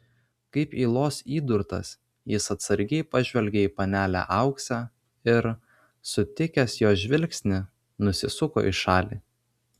kaip ylos įdurtas jis atsargiai pažvelgė į panelę auksę ir sutikęs jos žvilgsnį nusisuko į šalį